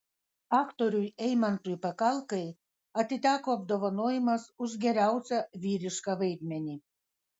aktoriui eimantui pakalkai atiteko apdovanojimas už geriausią vyrišką vaidmenį